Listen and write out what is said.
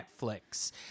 netflix